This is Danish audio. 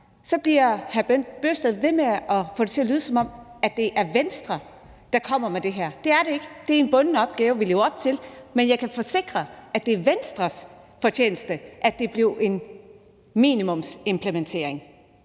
bliver hr. Bent Bøgsted ved med at få det til at lyde, som om det er Venstre, der kommer med det her. Det er det ikke. Det er en bunden opgave, vi lever op til, men jeg kan forsikre, at det er Venstres fortjeneste, at det blev en minimumsimplementering,